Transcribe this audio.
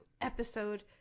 episode